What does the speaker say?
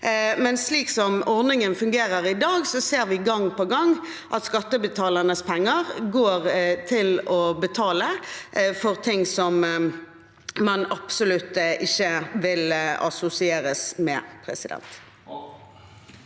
gi. Slik som ordningen fungerer i dag, ser vi gang på gang at skattebetalernes penger går til å betale for ting som man absolutt ikke vil assosieres med. Margrethe